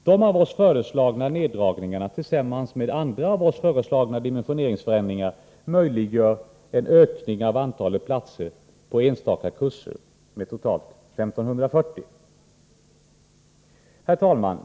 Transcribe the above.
De av oss föreslagna neddragningarna tillsammans med de andra av oss föreslagna dimensioneringsförändringarna möjliggör en ökning av antalet platser på enstaka kurser med 1 540.